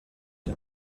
der